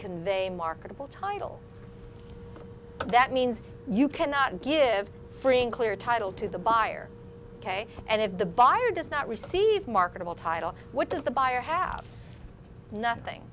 convey a marketable title that means you cannot give free and clear title to the buyer ok and if the buyer does not receive marketable title what does the buyer have nothing